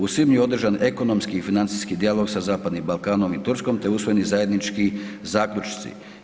U svibnju je održan ekonomski i financijski dijalog sa Zapadnim Balkanom i Turskom te usvojeni zajednički zaključci.